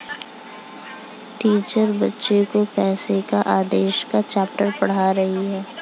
teacher बच्चो को पैसे के आदेश का चैप्टर पढ़ा रही हैं